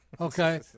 Okay